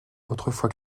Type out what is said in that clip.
autrefois